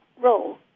role